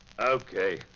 okay